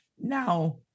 now